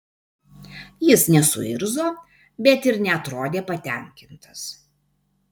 jis nesuirzo bet ir neatrodė patenkintas